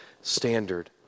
standard